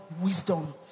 wisdom